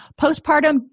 Postpartum